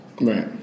Right